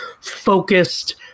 focused